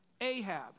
Ahab